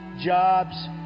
jobs